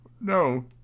No